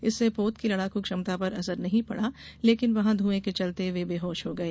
इससे पोत की लड़ाकू क्षमता पर असर नहीं पड़ा लेकिन वहां ध्रएं के चलते वे बेहोश हो गए